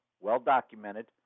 well-documented